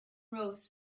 rows